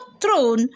throne